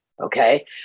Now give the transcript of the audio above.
Okay